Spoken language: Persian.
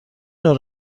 نوع